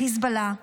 Hezbollah,